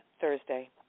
Thursday